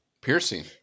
Piercing